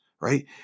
right